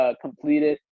completed